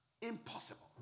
impossible